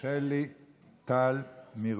חברת הכנסת שלי טל מירון.